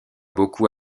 beaucoup